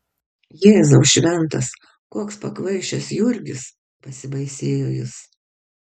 jėzau šventas koks pakvaišęs jurgis pasibaisėjo jis